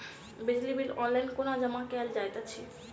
बिजली bill online कोना जमा कएल जाइत अछि?